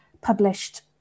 published